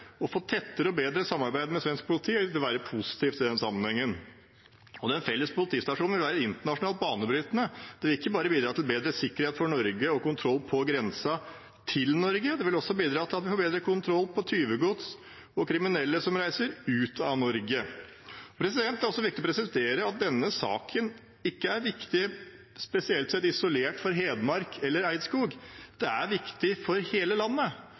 å få tettere og bedre samarbeid med svensk politi vil være positivt i den sammenhengen. Den felles politistasjonen vil være internasjonalt banebrytende. Den vil ikke bare bidra til bedre sikkerhet for Norge og kontroll på grensen til Norge, den vil også bidra til at vi får bedre kontroll på tyvegods og kriminelle som reiser ut av Norge. Det er også viktig å presisere at denne saken ikke er viktig spesielt for Hedmark eller Eidskog isolert sett. Den er viktig for hele landet,